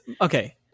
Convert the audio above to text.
okay